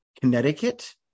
Connecticut